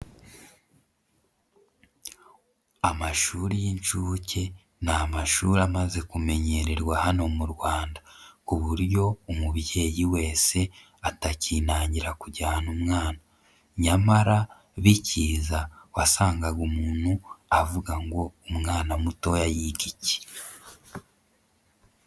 Amashuri y'inshuke ni amashuri amaze kumenyererwa hano mu Rwanda, ku buryo umubyeyi wese atakinangira kujyana umwana, nyamara bikiza wasangaga umuntu avuga ngo umwana mutoya yiga iki.